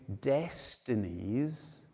destinies